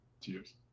Cheers